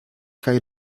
kaj